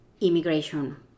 immigration